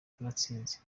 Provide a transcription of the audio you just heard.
turatsinze